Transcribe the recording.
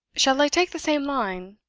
shall i take the same line?